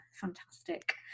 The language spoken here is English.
fantastic